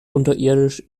unterirdisch